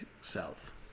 south